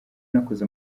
nakoze